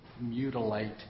mutilate